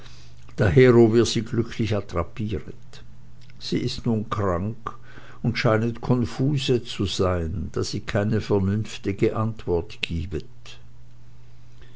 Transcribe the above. dahero wir sie glücklich attrapiret sie ist nun krank und scheinet confuse zu seyn da sie keine vernünftige antwort giebet